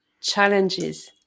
challenges